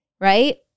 right